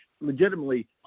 legitimately